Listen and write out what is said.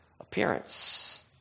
appearance